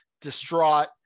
distraught